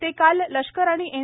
ते काल लष्कर आणि एन